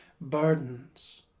burdens